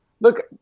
Look